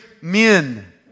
men